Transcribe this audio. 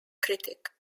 critic